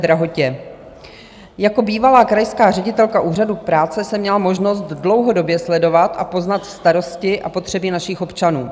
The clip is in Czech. Jako bývalá krajská ředitelka Úřadu práce jsem měla možnost dlouhodobě sledovat a poznat starosti a potřeby našich občanů.